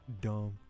dumb